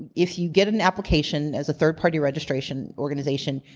and if you get an application as a third party registration organization,